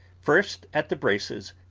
first at the braces,